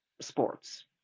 sports